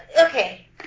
okay